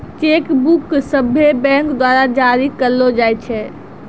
cheque book सभ्भे bank द्वारा जारी करलो जाय छै